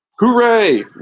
Hooray